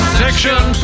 section